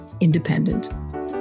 independent